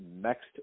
next